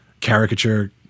caricature